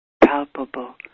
palpable